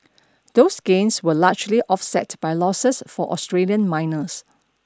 those gains were largely offset by losses for Australian miners